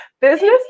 business